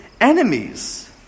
enemies